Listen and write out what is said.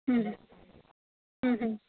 ಹ್ಞೂ ಹ್ಞೂ ಹ್ಞೂ